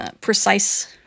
precise